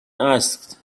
asked